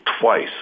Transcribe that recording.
twice